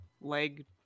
leg